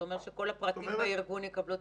זה אומר שכל הפרטים בארגון יקבלו תעודה?